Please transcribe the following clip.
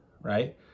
right